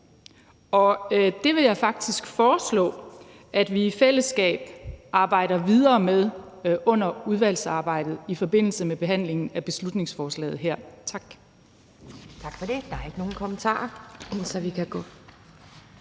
og det vil jeg faktisk foreslå at vi i fællesskab arbejder videre med under udvalgsarbejdet i forbindelse med behandlingen af beslutningsforslaget her. Tak.